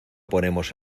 ponemos